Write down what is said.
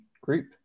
Group